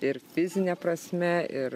ir fizine prasme ir